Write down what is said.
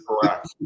Correct